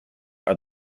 are